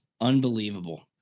Unbelievable